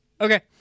Okay